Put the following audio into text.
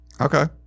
Okay